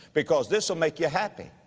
because this'll make you happy,